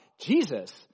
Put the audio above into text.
Jesus